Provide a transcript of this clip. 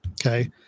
Okay